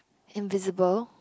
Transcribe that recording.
invisible